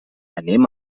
anem